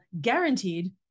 guaranteed